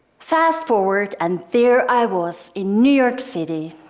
fast forward, and there i was in new york city,